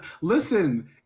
listen